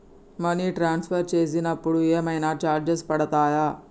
Money transfer చేసినప్పుడు ఏమైనా charges పడతయా?